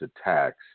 attacks